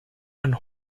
and